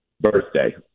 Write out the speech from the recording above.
birthday